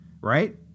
Right